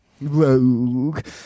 Rogue